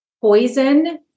poison